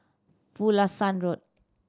Pulasan Road